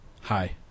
Hi